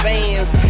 Vans